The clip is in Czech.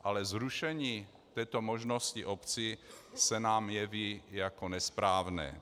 Ale zrušení této možnosti obci, se nám jeví jako nesprávné.